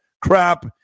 crap